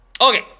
Okay